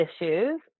issues